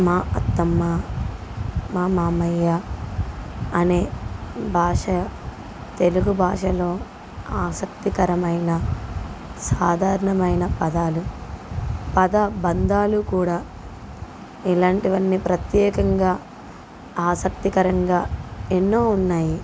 మా అత్తమ్మ మా మామయ్య అనే భాష తెలుగు భాషలో ఆసక్తికరమైన సాధారణమైన పదాలు పద బంధాలు కూడా ఇలాంటివన్నీ ప్రత్యేకంగా ఆసక్తికరంగా ఎన్నో ఉన్నాయి